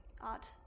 art